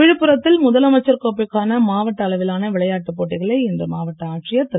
விழுப்புரத்தில் முதலமைச்சர் கோப்பைக்கான மாவட்ட அளவிலான விளையாட்டுப் போட்டிகளை இன்று மாவட்ட ஆட்சியர் திரு